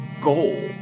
goal